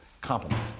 compliment